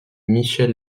michel